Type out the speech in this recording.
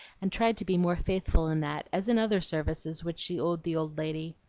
and tried to be more faithful in that, as in other services which she owed the old lady.